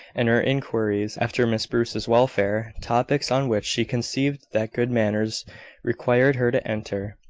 and her inquiries after miss bruce's welfare topics on which she conceived that good manners required her to enter.